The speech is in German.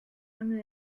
angel